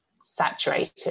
saturated